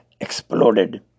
exploded